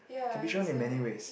can be shown in many ways